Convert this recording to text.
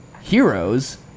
heroes